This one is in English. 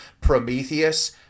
*Prometheus*